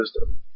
wisdom